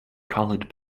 colored